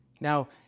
Now